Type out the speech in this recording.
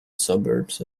suburbs